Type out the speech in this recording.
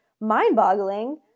mind-boggling